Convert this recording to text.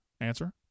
answer